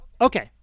Okay